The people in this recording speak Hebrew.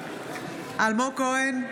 אלמוג כהן,